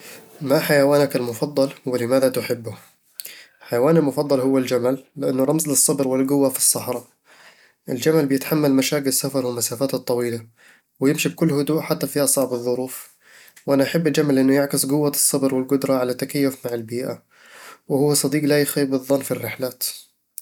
ما حيوانك المفضل، ولماذا تحبه؟ حيواني المفضل هو الجمل، لأنه رمز للصبر والقوة في الصحراء الجمل يتحمل مشاق السفر والمسافات الطويلة، ويمشي بكل هدوء حتى في أصعب الظروف وأنا أحب الجمل لأنه يعكس قوة الصبر والقدرة على التكيف مع البيئة، وهو صديق لا يخيب الظن في الرحلات